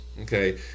Okay